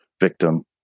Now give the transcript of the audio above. victim